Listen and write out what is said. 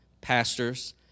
pastors